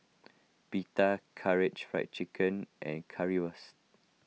Pita Karaage Fried Chicken and Currywurst